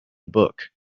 book